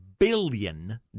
billion